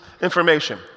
information